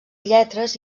lletres